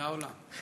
זה העולם.